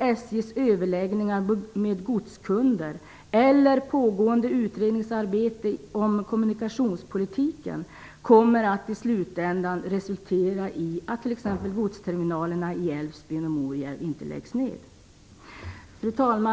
SJ:s överläggningar med godskunder eller pågående utredningsarbete om kommunikationspolitiken i slutändan kommer att resultera i att t.ex. Fru talman!